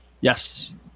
Yes